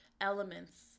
elements